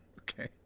Okay